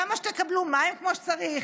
למה שתקבלו מים כמו שצריך?